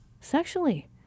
sexually